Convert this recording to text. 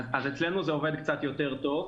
אצלנו זה עובד קצת יותר טוב.